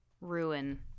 ruin